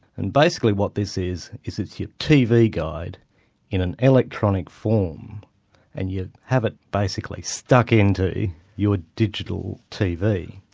and basically what this is, is it's your tv guide in an electronic form and you have it basically stuck in to your ah digital tv.